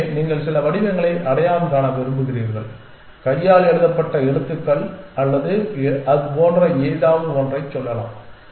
எனவே நீங்கள் சில வடிவங்களை அடையாளம் காண விரும்புகிறீர்கள் கையால் எழுதப்பட்ட எழுத்துக்கள் அல்லது அது போன்ற ஏதாவது ஒன்றைச் சொல்லலாம்